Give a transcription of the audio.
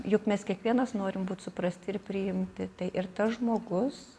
juk mes kiekvienas norim būt suprasti ir priimti tai ir tas žmogus